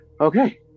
Okay